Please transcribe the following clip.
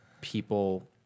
people